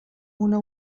una